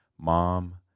Mom